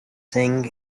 sing